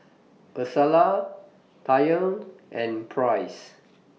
Ursula Taryn and Price